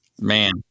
Man